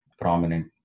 prominent